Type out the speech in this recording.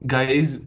Guys